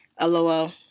LOL